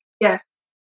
Yes